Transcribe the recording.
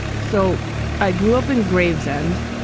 so i grew up in gravesend.